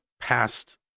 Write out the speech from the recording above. past